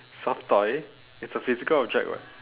soft toy it's a physical object [what]